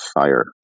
fire